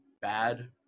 bad